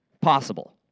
possible